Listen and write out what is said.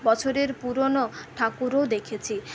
বছরের পুরোনো ঠাকুরও দেখেছি